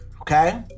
okay